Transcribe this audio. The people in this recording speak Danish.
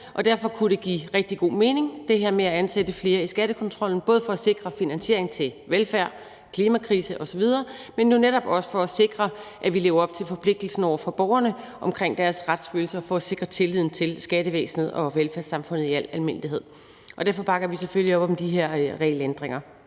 derfor kunne det give rigtig god mening at ansætte flere i skattekontrollen, både for at sikre finansiering til velfærd, klimakrise osv., men jo netop også for at sikre, at vi lever op til forpligtelsen over for borgerne i forhold til deres retsfølelse og for at sikre tilliden til skattevæsenet og velfærdssamfundet i al almindelighed. Og derfor bakker vi selvfølgelig op om de her regelændringer.